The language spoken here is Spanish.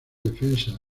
defensa